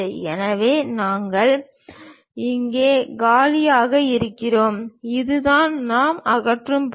எனவே நாங்கள் இங்கே காலியாக இருக்கிறோம் இதுதான் நாம் அகற்றும் பகுதி